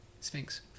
Sphinx